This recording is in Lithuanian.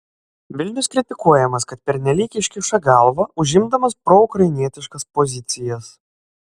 vilnius kritikuojamas kad pernelyg iškiša galvą užimdamas proukrainietiškas pozicijas